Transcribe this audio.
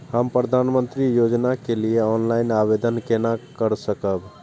हम प्रधानमंत्री योजना के लिए ऑनलाइन आवेदन केना कर सकब?